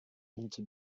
into